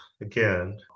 again